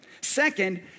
Second